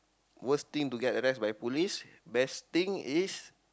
worst thing to get arrest by police best thing is